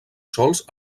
sols